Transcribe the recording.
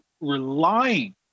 relying